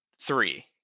three